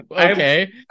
Okay